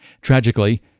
Tragically